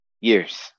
years